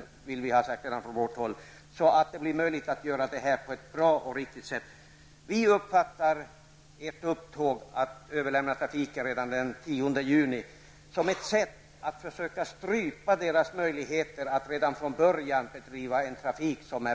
Det vill vi ha sagt. Det måste bli möjligt att göra detta på ett bra och riktigt sätt. Vi uppfattar ert upptåg att överlämna trafiken redan den 10 juni som ett sätt att försöka strypa möjligheterna att redan från början bedriva en trafik som